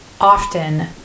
often